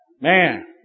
man